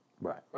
Right